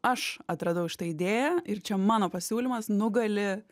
aš atradau šitą idėją ir čia mano pasiūlymas nugali